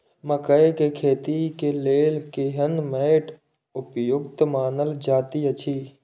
मकैय के खेती के लेल केहन मैट उपयुक्त मानल जाति अछि?